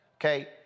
okay